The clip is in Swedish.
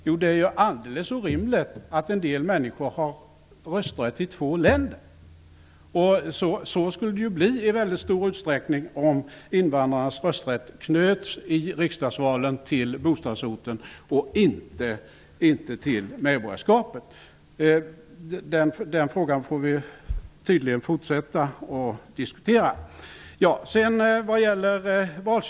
Jo, det är alldeles orimligt att en del människor har rösträtt i två länder. Så skulle det i stor utsträckning bli om invandrarnas rösträtt i riksdagsvalen knöts till bostadsorten och inte till medborgarskapet. Den frågan får vi tydligen fortsätta att diskutera.